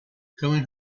coming